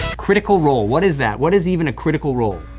critical role, what is that, what is even a critical role?